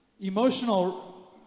emotional